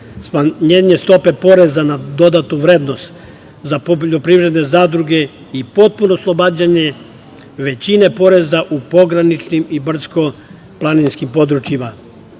smanjenje stope poreza na dodatu vrednost za poljoprivredne zadruge i potpuno oslobađanje većine poreza u pograničnim i brdsko-planinskim područjima. Predlaže